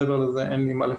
מעבר לזה אין לי מה להוסיף.